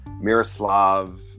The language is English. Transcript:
Miroslav